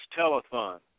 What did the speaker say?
telethon